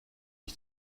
ich